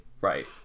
right